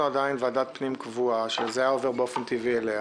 עדיין ועדת פנים קבועה שזה היה עובר באופן טבעי אליה